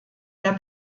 der